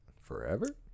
forever